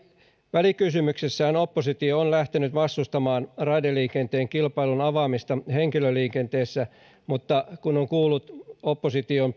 välikysymyksessään oppositio on lähtenyt vastustamaan raideliikenteen kilpailun avaamista henkilöliikenteessä mutta kun on kuullut opposition